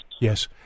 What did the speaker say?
Yes